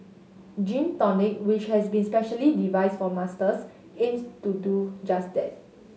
Gym Tonic which has been specially devised for Masters aims to do just that